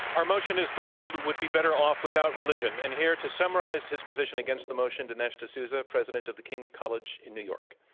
our motion is the world would be better off without religion. and here to summarize his position against the motion, dinesh d'souza, president of the king's college in new york.